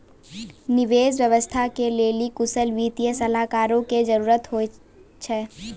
निवेश व्यवस्था के लेली कुशल वित्तीय सलाहकारो के जरुरत होय छै